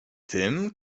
tym